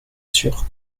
sûr